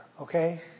okay